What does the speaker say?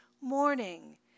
morning